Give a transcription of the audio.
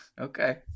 Okay